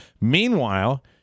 Meanwhile